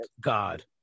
god